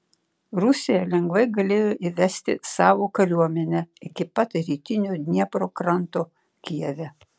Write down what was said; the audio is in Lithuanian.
rusija lengvai galėjo įvesti savo kariuomenę iki pat rytinio dniepro kranto kijeve